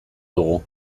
dugu